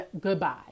Goodbye